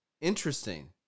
Interesting